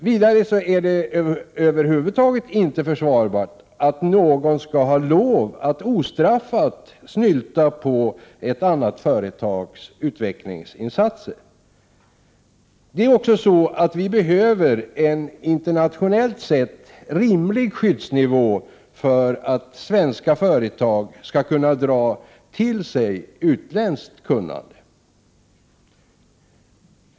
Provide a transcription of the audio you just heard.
Vidare är det över huvud taget inte försvarbart att någon skall ha lov att ostraffat snylta på ett annat företags utvecklingsinsatser. Det är också så, att vi behöver en internationellt sett rimlig skyddsnivå för att svenska företag skall kunna dra till sig utländskt kunnande.